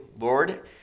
Lord